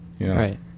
Right